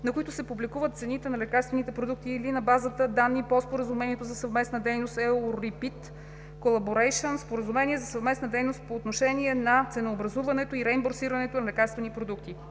на които се публикуват цените на лекарствените продукти, и/или в базата данни по Споразумението за съвместна дейност EURIPID Collaboration (Споразумение за съвместна дейност по отношение на ценообразуването и реимбурсирането на лекарствени продукти);